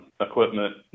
equipment